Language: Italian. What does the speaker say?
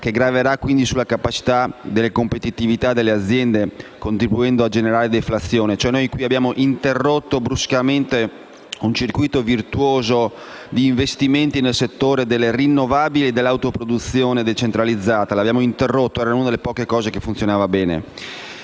che graverà quindi sulle capacità competitive delle aziende, contribuendo a generare deflazione? Noi qui abbiamo interrotto bruscamente un circuito virtuoso di investimenti nel settore delle rinnovabili e dell'autoproduzione decentralizzata. Lo abbiamo interrotto quando era una delle poche cose che funzionava bene.